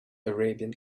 arabian